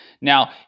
now